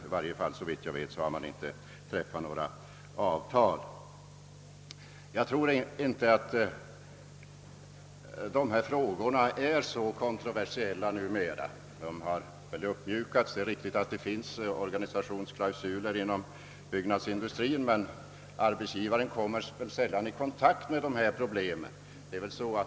I varje fall har man inte såvitt jag vet träffat några avtal. Jag tror inte att dessa frågor är så kontroversiella numera. Det har ägt rum en uppmjukning. Det är riktigt att det finns organisationsklausuler inom byggnadsindustrin, men arbetsgivaren kommer nog sällan i kontakt med dessa problem.